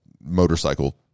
motorcycle